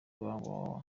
www